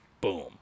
boom